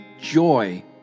joy